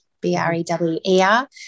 b-r-e-w-e-r